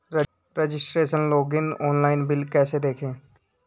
Registration login online bill कैसे देखें?